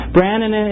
Brandon